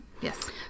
yes